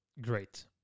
Great